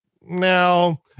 now